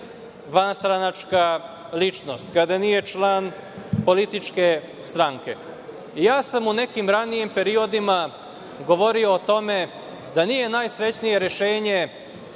vanstranačka ličnost, kada nije član političke stranke. Ja sam u nekim ranijim periodima govorio o tome da nije najsrećnije rešenje